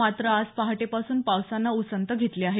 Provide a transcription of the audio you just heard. मात्र आज पहाटेपासून पावसानं उसंत घेतली आहे